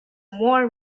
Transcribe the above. more